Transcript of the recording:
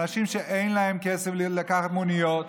אנשים שאין להם כסף לקחת מוניות,